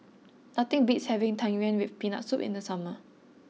nothing beats having Tang Yuen with Peanut Soup in the summer